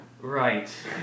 Right